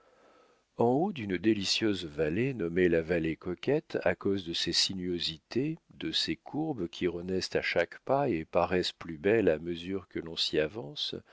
en haut d'une délicieuse vallée nommée la vallée coquette à cause de ses sinuosités de ses courbes qui renaissent à chaque pas et paraissent plus belles à mesure que l'on s'y avance